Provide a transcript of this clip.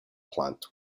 plant